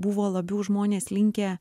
buvo labiau žmonės linkę